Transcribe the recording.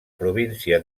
província